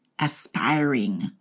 aspiring